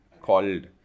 called